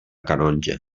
canonja